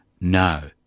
No